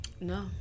no